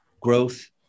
growth